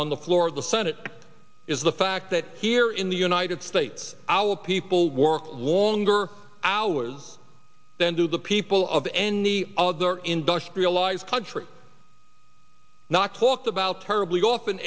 on the floor of the senate is the fact that here in the united states our people work longer hours than do the people of any other industrialized country not talked about terribly often